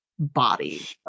Body